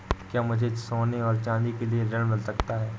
क्या मुझे सोने और चाँदी के लिए ऋण मिल सकता है?